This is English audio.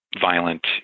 violent